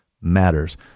matters